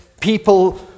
people